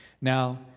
Now